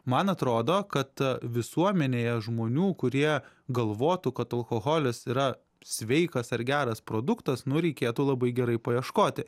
man atrodo kad visuomenėje žmonių kurie galvotų kad alkoholis yra sveikas ar geras produktas nu reikėtų labai gerai paieškoti